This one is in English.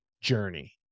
journey